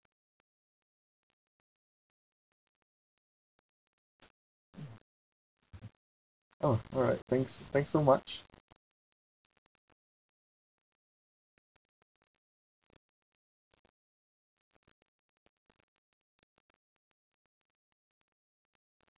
oh alright thanks thanks so much